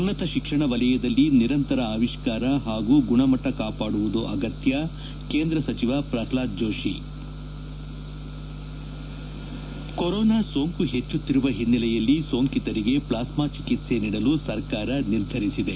ಉನ್ನತ ಶಿಕ್ಷಣ ವಲಯದಲ್ಲಿ ನಿರಂತರ ಆವಿಷ್ಕಾರ ಹಾಗೂ ಗುಣಮಟ್ಟ ಕಾಪಾಡುವುದು ಅಗತ್ತ ಕೇಂದ್ರ ಸಚಿವ ಪ್ರಲ್ಡಾದ್ ಜೋಷಿ ಕೊರೋನಾ ಸೋಂಕು ಹೆಚ್ಚುತ್ತಿರುವ ಹಿನ್ನೆಲೆಯಲ್ಲಿ ಸೋಂಕಿತರಿಗೆ ಪ್ಲಾಸ್ನಾ ಚಿಕಿತ್ಲೆ ನೀಡಲು ಸರ್ಕಾರ ನಿರ್ಧರಿಸಿದೆ